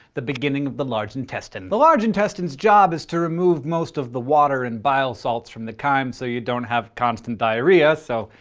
the beginning of the large intestine. the large intestine's job is to remove most of the water and bile salts from the chyme so you don't have constant diarrhea. so,